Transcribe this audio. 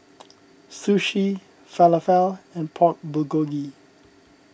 Sushi Falafel and Pork Bulgogi